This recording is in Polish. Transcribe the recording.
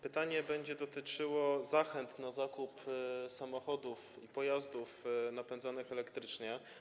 Pytanie będzie dotyczyło zachęt do zakupu samochodów i pojazdów napędzanych elektrycznie.